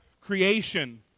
creation